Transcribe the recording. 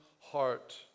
heart